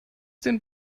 den